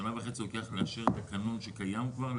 שנה וחצי לוקח לאשר תקנון שקיים כבר?